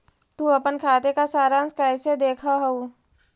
तु अपन खाते का सारांश कैइसे देखअ हू